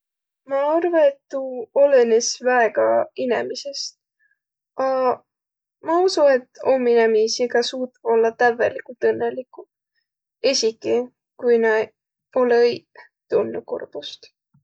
Ma arva, et tuu olõnõs väega inemisest. Aq ma usu, et om inemiisi, kiä suutvaq ollaq tävvelikult õnnõliguq. Esiki kui nä olõ-õiq tundnuq kurbust.